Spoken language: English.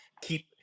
keep